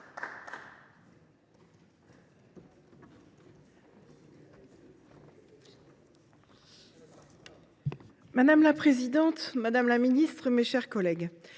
Madame la présidente, madame la ministre, mes chers collègues,